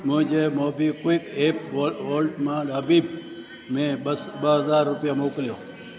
मुंहिंजे MobiKwik app wall wallet मां हबीब में ॿ हज़ार रुपिया मोकिलियो